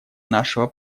нашего